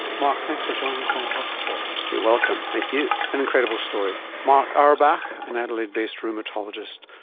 mark, thanks for joining us on the health report. you're welcome, thank you. an incredible story, mark awerbuch, an adelaide-based rheumatologist,